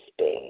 Spain